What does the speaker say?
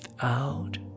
out